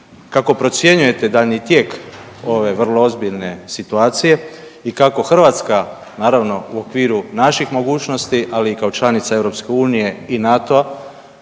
kako procjenjujete daljnji tijek ove vrlo ozbiljne situacije i kako Hrvatska naravno u okviru naših mogućnosti, ali i kao članica EU i NATO-a